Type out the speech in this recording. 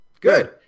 Good